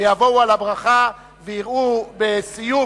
יבואו על הברכה ויראו בסיום.